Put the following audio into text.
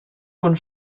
con